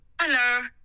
Hello